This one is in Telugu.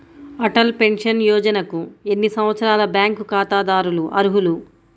అటల్ పెన్షన్ యోజనకు ఎన్ని సంవత్సరాల బ్యాంక్ ఖాతాదారులు అర్హులు?